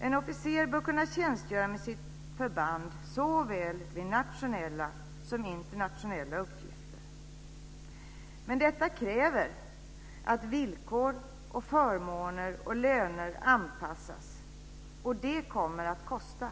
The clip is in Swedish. En officer bör kunna tjänstgöra med sitt förband vid såväl nationella som internationella uppdrag. Men detta kräver att villkor, förmåner och löner anpassas, och det kommer att kosta.